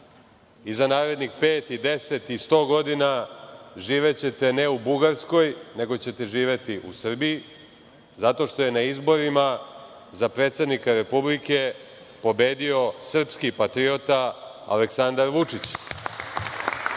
i za narednih pet, 10 i 100 godina, živećete ne u Bugarskoj, nego ćete živeti u Srbiji, zato što je na izborima za predsednika Republike pobedio srpski patriota Aleksandar Vučić.